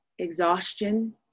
exhaustion